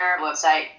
website